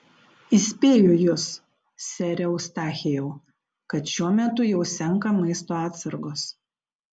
įspėju jus sere eustachijau kad šiuo metu jau senka maisto atsargos